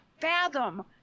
fathom